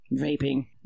vaping